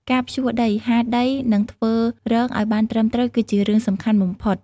ការភ្ជួរដី ហាលដី និងធ្វើរងឱ្យបានត្រឹមត្រូវគឺជារឿងសំខាន់បំផុត។